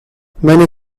many